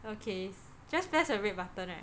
okays just press the red button right